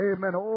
Amen